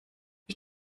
ich